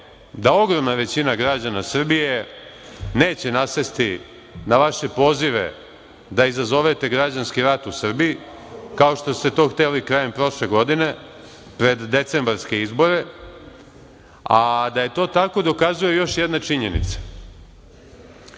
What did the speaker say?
da ogromna većina građana Srbije neće nasesti na vaše pozive da izazovete građanski rat u Srbiji, kao što ste to hteli krajem prošle godine, pred decembarske izbore. Da je to tako dokazuje još jedna činjenica.